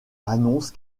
annonce